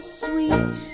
sweet